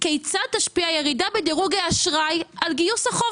כיצד תשפיע הירידה בדירוג האשראי על גיוס החוב